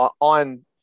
on